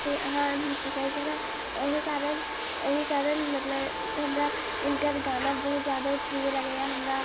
से अहाँ कि कहै छै ने एहि कारण एहि कारण मतलब हमरा हिनकर गाना बहुत ज्यादा प्रिय लगैए हमरा